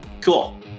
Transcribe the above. Cool